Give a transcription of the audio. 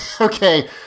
okay